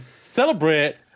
celebrate